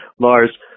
Lars